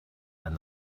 and